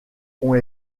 ont